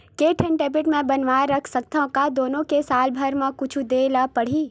के ठन डेबिट मैं बनवा रख सकथव? का दुनो के साल भर मा कुछ दे ला पड़ही?